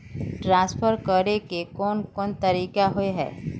Transfer करे के कोन कोन तरीका होय है?